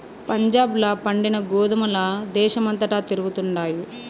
పంజాబ్ ల పండిన గోధుమల దేశమంతటా తిరుగుతండాయి